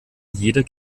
jeder